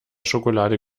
schokolade